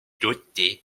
doté